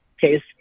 case